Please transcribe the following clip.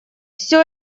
всё